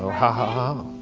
hahaha,